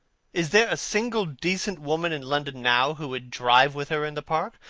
is there a single decent woman in london now who would drive with her in the park?